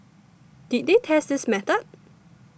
did they test this method